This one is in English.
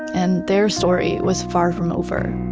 and their story was far from over